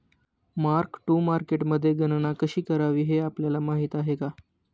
Mark to मार्केटमध्ये गणना कशी करावी हे आपल्याला माहित आहे का?